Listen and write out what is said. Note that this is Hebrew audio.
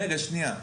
רגע, שנייה.